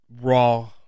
raw